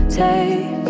take